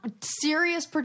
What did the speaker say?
Serious